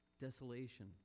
desolation